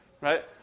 Right